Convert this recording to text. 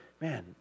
man